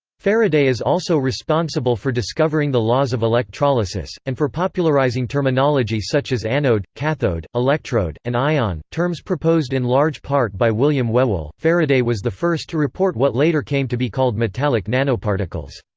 faraday is also responsible for discovering the laws of electrolysis, and for popularizing terminology such as anode, cathode, electrode, and ion, terms proposed in large part by william whewell faraday was the first to report what later came to be called metallic nanoparticles.